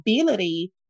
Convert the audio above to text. ability